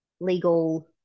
legal